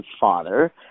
father